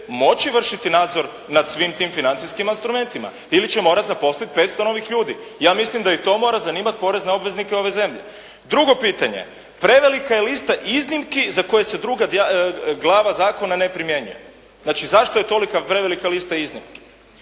moći vršiti nadzor nad svim tim financijskim instrumentima ili će morati zaposliti 500 novih ljudi. Ja mislim da i to mora zanimati porezne obveznike ove zemlje. Drugo pitanje, prevelike liste iznimki za koje se druga glava zakona ne primjenjuje. Znači zašto je tolika prevelika lista iznimki?.